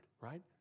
right